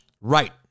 Right